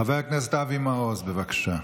חבר הכנסת אבי מעוז, בבקשה.